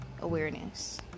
awareness